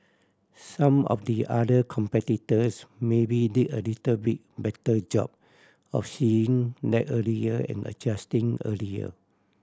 some of the other competitors maybe did a little bit better job of seeing that earlier and adjusting earlier